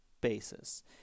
basis